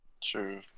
True